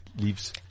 Leaves